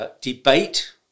debate